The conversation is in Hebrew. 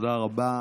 תודה רבה.